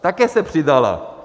Také se přidala.